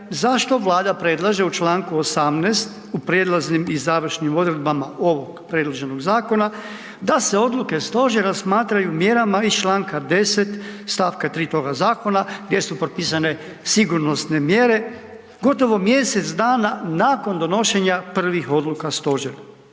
zašto Vlada predlaže u čl. 18. u prijelaznim i završnim odredbama ovog predloženog zakona da se odluke stožera smatraju mjerama iz čl. 10. st. 3. toga zakona gdje su propisane sigurnosne mjere, gotovo mjesec dana nakon donošenja prvih odluka stožera.